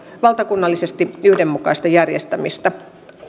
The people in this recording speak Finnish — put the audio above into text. valtakunnallisesti yhdenmukaista järjestämistä